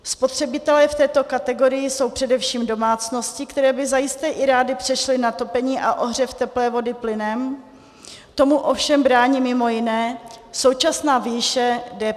Spotřebitelé v této kategorii jsou především domácnosti, které by zajisté i rády přešly na topení a ohřev teplé vody plynem, tomu ovšem brání mimo jiné současná výše DPH.